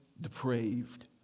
depraved